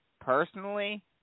personally